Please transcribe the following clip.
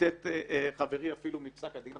וציטט חברי אפילו מפסק הדין.